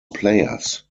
players